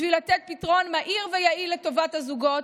בשביל לתת פתרון מהיר ויעיל לטובת הזוגות,